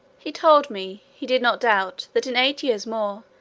he told me, he did not doubt, that, in eight years more,